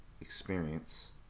experience